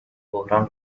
بحران